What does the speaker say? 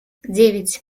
девять